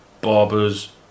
barbers